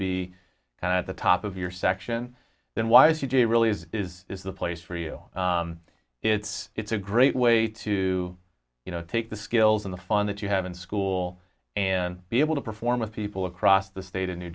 be at the top of your section then why c j really is is is the place for you it's it's a great way to you know take the skills and the fun that you have in school and be able to perform with people across the state of new